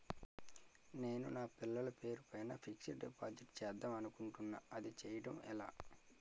నేను నా పిల్లల పేరు పైన ఫిక్సడ్ డిపాజిట్ చేద్దాం అనుకుంటున్నా అది చేయడం ఎలా?